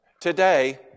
Today